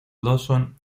lawson